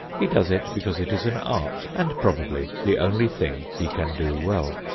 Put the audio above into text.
he does it because it is an art and probably the only thing he can do well.